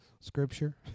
Scripture